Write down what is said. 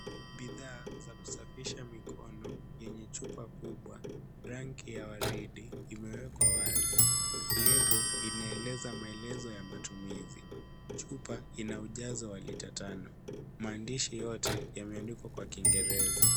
Bidhaa za kusafisha mikono yenye chupa kubwa la rangi ya waridi imewekwa wazi. Lebo inaeleza maelezo ya matumizi . Chupa ina unazo wa Lita tano maandishi yote yameandikwa kwa kiingereza .